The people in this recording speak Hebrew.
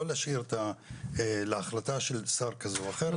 להשאיר את זה להחלטה של שר כזה או אחר.